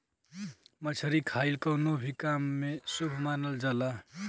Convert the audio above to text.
मछरी खाईल कवनो भी काम में शुभ मानल जाला